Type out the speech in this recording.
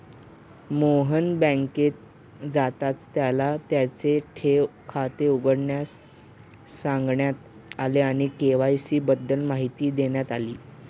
मोहन बँकेत जाताच त्याला त्याचे ठेव खाते उघडण्यास सांगण्यात आले आणि के.वाय.सी बद्दल माहिती देण्यात आली